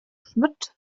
schmitt